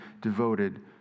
devoted